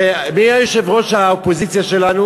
מי יושב-ראש האופוזיציה שלנו?